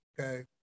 Okay